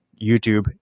YouTube